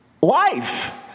life